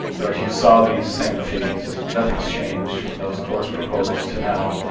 but you saw these same fees. nothing's changed from those course proposals to now.